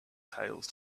tales